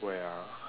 where ah